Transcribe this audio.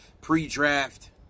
pre-draft